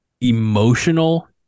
emotional